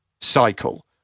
cycle